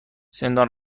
زندان